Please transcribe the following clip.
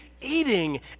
eating